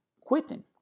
quitting